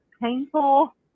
painful